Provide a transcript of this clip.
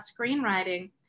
screenwriting